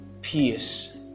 peace